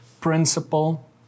principle